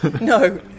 No